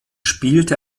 spielte